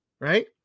right